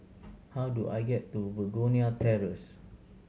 how do I get to Begonia Terrace